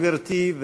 גברתי.